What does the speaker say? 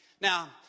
Now